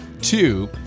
two